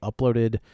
uploaded